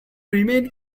remain